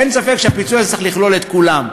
אין ספק שהפיצוי הזה צריך לכלול את כולם.